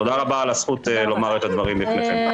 תודה רבה על הזכות לומר את הדברים בפניכם.